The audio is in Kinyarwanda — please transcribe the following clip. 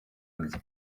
bye